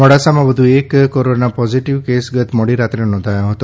મોડાસામાં વધુ એક કૉરોના પૉઝિટિવ કેસ ગત મોડી રીત્રે નોંધાયો હતો